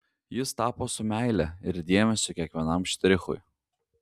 jis tapo su meile ir dėmesiu kiekvienam štrichui